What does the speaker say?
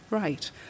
Right